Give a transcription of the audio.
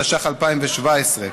התשע"ח 2017,